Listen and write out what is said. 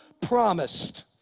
promised